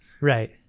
Right